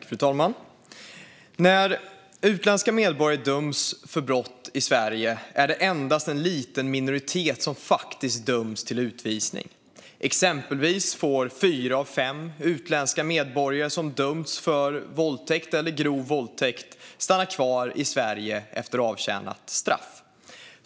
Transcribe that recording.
Fru talman! När utländska medborgare döms för brott i Sverige är det endast en liten minoritet som faktiskt döms till utvisning. Exempelvis får fyra av fem utländska medborgare som dömts för våldtäkt eller grov våldtäkt stanna kvar i Sverige efter avtjänat straff.